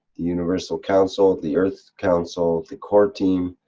the universal council. the earth council. the core team.